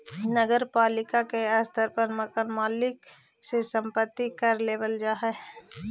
नगर पालिका के स्तर पर मकान मालिक से संपत्ति कर लेबल जा हई